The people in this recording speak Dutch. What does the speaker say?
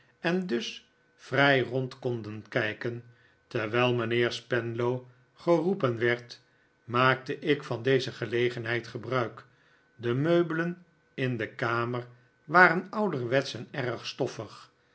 en dus vrij rond konden kijken terwijl mijnheer spenlow geroepen werd maakte ik van deze gelegenheid gebruik de meubelen in de kamer waren ouderwetsch en erg stoffig